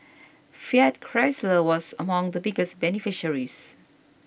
Fiat Chrysler was among the biggest beneficiaries